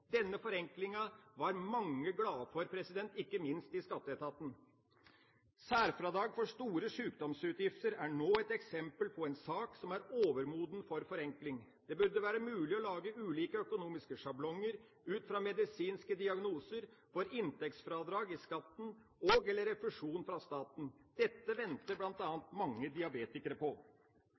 Denne forenklingen var mange glade for, ikke minst i Skatteetaten. Særfradrag for store sjukdomsutgifter er nå et eksempel på en sak som er overmoden for forenkling. Det burde være mulig å lage ulike økonomiske sjablonger ut fra medisinske diagnoser for inntektsfradrag i skatten og/eller refusjon fra staten. Dette venter bl.a. mange diabetikere på.